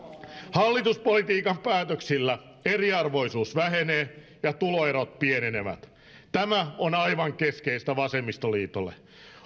hallituspolitiikan päätöksillä eriarvoisuus vähenee ja tuloerot pienenevät tämä on aivan keskeistä vasemmistoliitolle